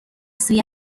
سوی